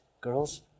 girls